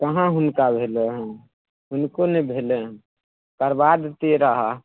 काहाँ हुनका भेलै हन हुनको नहि भेलय हन करबा देतियै रहऽ